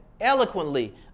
eloquently